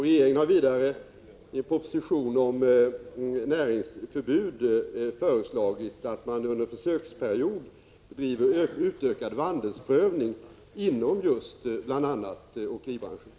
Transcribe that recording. Regeringen har vidare i en proposition om näringsförbud föreslagit att man under en försöksperiod bedriver utökad vandelsprövning inom bl.a. just åkeribranschen.